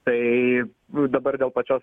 tai dabar dėl pačios